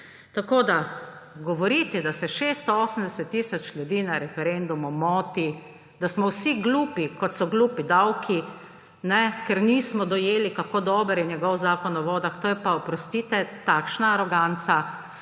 Tako da govoriti, da se 680 tisoč ljudi na referendumu moti, da smo vsi glupi, kot so glupi davki, ker nismo dojeli, kako dober je njegov Zakon o vodah, to je pa, oprostite, takšna aroganca,